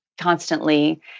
constantly